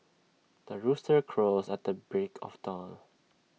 the rooster crows at the break of dawn